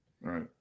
Right